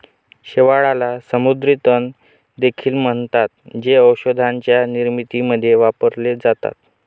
शेवाळाला समुद्री तण देखील म्हणतात, जे औषधांच्या निर्मितीमध्ये वापरले जातात